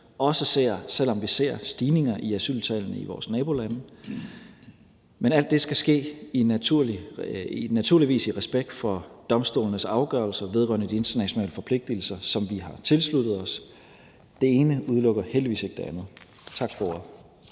også selv om vi ser stigninger i asyltallene i vores nabolande. Men alt det skal naturligvis ske i respekt for domstolenes afgørelser vedrørende de internationale forpligtelser, som vi har tilsluttet os. Det ene udelukker heldigvis ikke det andet. Tak for